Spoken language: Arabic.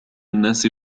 الناس